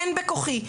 אין בכוחי.